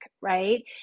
right